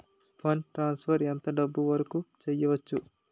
Fund transfer ఎంత డబ్బు వరుకు చేయవచ్చు?